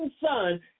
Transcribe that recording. Son